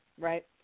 right